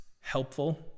helpful